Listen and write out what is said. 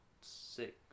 six